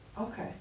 Okay